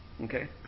Okay